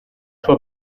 sua